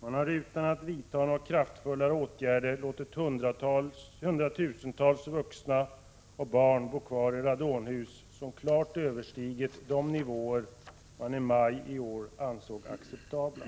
Man har utan att vidta några kraftfulla åtgärder låtit hundratusentals vuxna och barn bo kvar i radonhus med halter som klart överstigit de nivåer som i maj i år ansågs vara de högsta acceptabla.